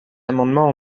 amendements